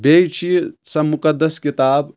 بیٚیہِ چھِ یہِ سۄ مُقدس کِتاب